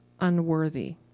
unworthy